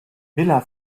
miller